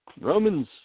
Romans